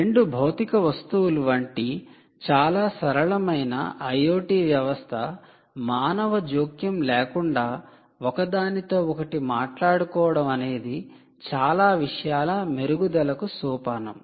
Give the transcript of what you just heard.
2 భౌతిక వస్తువులు వంటి చాలా సరళమైన IoT వ్యవస్థ మానవ జోక్యం లేకుండా ఒకదాని తో ఒకటి మాట్లాడుకోవడం అనేది చాలా విషయాల మెరుగుదలకు సోపానం